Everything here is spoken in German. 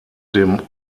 dem